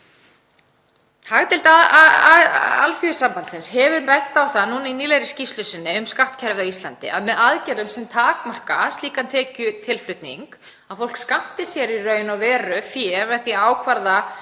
Hagdeild Alþýðusambandsins hefur bent á það í nýlegri skýrslu um skattkerfið á Íslandi að með aðgerðum sem takmarka slíkan tekjutilflutning, að fólk skammti sér í raun og veru fé með því að ákvarða